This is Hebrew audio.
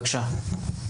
בבקשה.